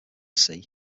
sea